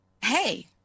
hey